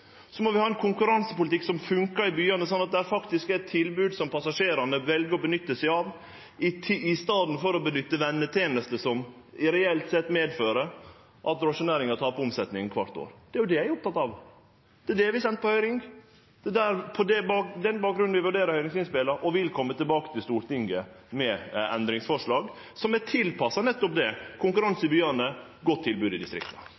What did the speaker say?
så må vi ha ein konkurransepolitikk som fungerer i byane, slik at det er eit tilbod som passasjerane vel å nytte, i staden for å nytte vennetenester, som reelt sett medfører at drosjenæringa taper omsetning kvart år. Det er det eg er oppteken av, det er det vi har sendt på høyring, og det er på den bakgrunnen vi vurderer høyringsinnspela, og vi vil kome tilbake til Stortinget med endringsforslag som er tilpassa nettopp det – konkurranse i byane, godt tilbod i distrikta.